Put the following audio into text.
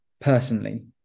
personally